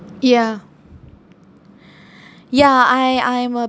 ya ya I I'm a